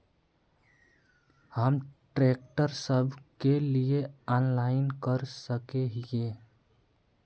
हम ट्रैक्टर सब के लिए ऑनलाइन कर सके हिये?